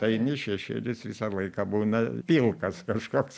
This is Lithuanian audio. eini šešėlis visą laiką būna pilkas kažkoks